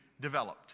developed